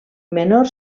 menor